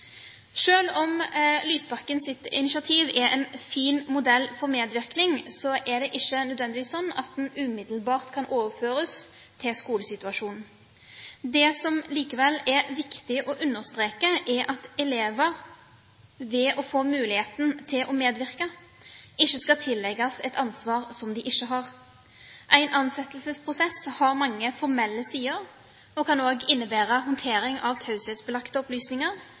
om Lysbakkens initiativ er en fin modell for medvirkning, er det ikke nødvendigvis slik at den umiddelbart kan overføres til skolesituasjonen. Det som likevel er viktig å understreke, er at elever – ved å få muligheten til å medvirke – ikke skal tillegges et ansvar som de ikke har. En ansettelsesprosess har mange formelle sider og kan også innebære håndtering av taushetsbelagte opplysninger,